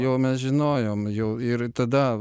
jau mes žinojom jau ir tada